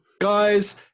guys